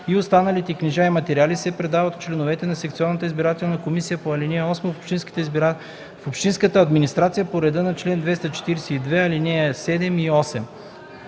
и останалите книжа и материали се предават от членовете на секционната избирателна комисия по ал. 8 в общинската администрация по реда на чл. 242, ал. 7 и 8.